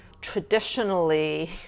traditionally